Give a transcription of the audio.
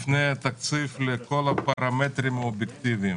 לפני התקציב, לכל הפרמטרים האובייקטיבים.